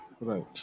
Right